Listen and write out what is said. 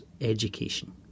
education